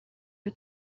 iyo